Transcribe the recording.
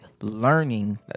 learning